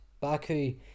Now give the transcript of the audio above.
baku